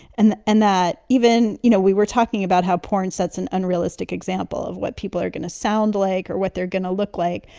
and and that even, you know, we were talking about how porn sets an unrealistic example of what people are going to sound like or what they're going to look like.